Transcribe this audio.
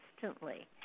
constantly